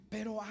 Pero